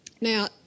Now